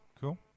cool